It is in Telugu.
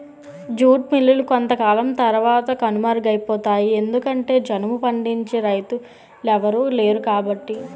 జూట్ మిల్లులు కొంతకాలం తరవాత కనుమరుగైపోతాయి ఎందుకంటె జనుము పండించే రైతులెవలు లేరుకాబట్టి